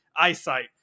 eyesight